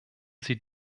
sie